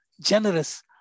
generous